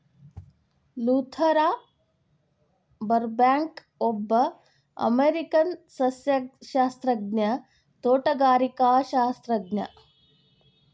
Luther ಬರ್ಬ್ಯಾಂಕ್ಒಬ್ಬ ಅಮೇರಿಕನ್ಸಸ್ಯಶಾಸ್ತ್ರಜ್ಞ, ತೋಟಗಾರಿಕಾಶಾಸ್ತ್ರಜ್ಞ